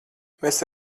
mēs